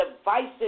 devices